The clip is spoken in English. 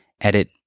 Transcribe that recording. edit